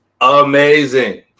amazing